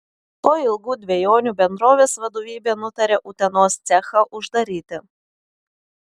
po ilgų dvejonių bendrovės vadovybė nutarė utenos cechą uždaryti